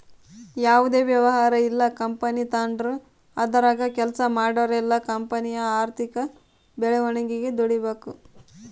ಯಾವುದೇ ವ್ಯವಹಾರ ಇಲ್ಲ ಕಂಪನಿ ತಾಂಡ್ರು ಅದರಾಗ ಕೆಲ್ಸ ಮಾಡೋರೆಲ್ಲ ಕಂಪನಿಯ ಆರ್ಥಿಕ ಬೆಳವಣಿಗೆಗೆ ದುಡಿಬಕು